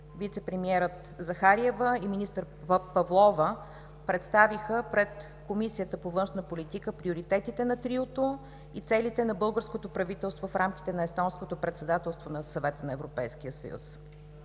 вицепремиерът Захариева и министър Павлова представиха пред Комисията по външна политика приоритетите на триото и целите на българското правителство в рамките на естонското председателство на Съвета на Европейския съюз.